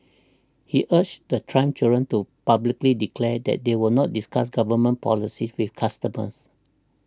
he urged the Trump children to publicly declare that they will not discuss government policy with customers